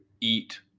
eat